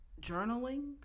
journaling